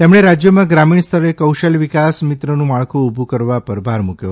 તેમણે રાજ્યોમાં ગ્રામીણ સ્તરે કૌશલ વિકાસમિત્રનું માળખું ઉભું કરવા પર ભાર મૂક્યો